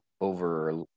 over